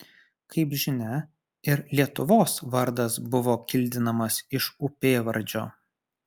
kaip žinia ir lietuvos vardas buvo kildinamas iš upėvardžio